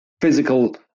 physical